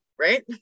right